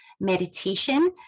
meditation